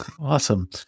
Awesome